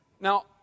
Now